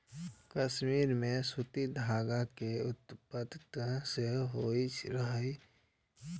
कश्मीर मे सूती धागा के उत्पादन सेहो होइत रहै